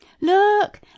Look